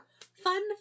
Fun